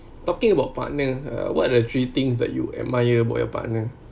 talking about partner uh what're the three things that you admire about your partner